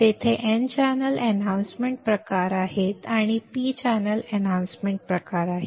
तेथेN channel enhancement प्रकार आहे तेथे P चॅनेल वर्धन प्रकार आहे